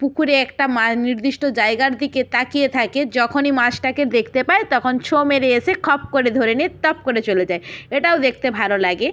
পুকুরে একটা মা নির্দিষ্ট জায়গার দিকে তাকিয়ে থাকে যখনই মাছটাকে দেখতে পায় তখন ছোঁ মেরে এসে খপ করে ধরে নিয়ে টপ করে চলে যায় এটাও দেখতে ভালো লাগে